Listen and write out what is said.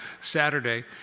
Saturday